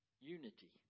unity